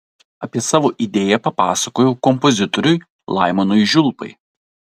apie savo idėją papasakojau kompozitoriui laimonui žiulpai